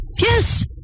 Yes